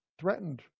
threatened